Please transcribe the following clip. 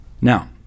Now